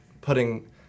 putting